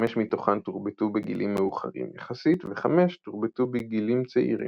חמש מתוכן תורבתו בגילים מאוחרים יחסית וחמש תורבתו בגילים צעירים.